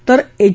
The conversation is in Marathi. तर एच